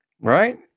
right